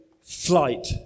flight